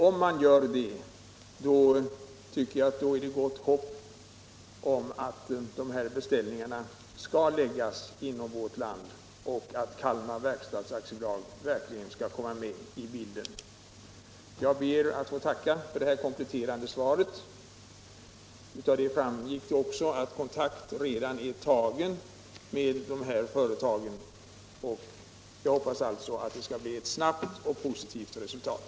Om man gör detta tror jag att det är gott hopp om att beställningarna skall kunna läggas hos företag inom vårt land och att Kalmar Verkstads AB skall komma med i bilden. Jag ber än en gång att få tacka för det kompletterande svaret. Av det framgick också att kontakt redan är tagen med de svenska företagen. Jag hoppas därför på ett snabbt och positivt resultat.